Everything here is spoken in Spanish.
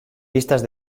listas